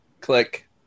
click